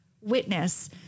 witness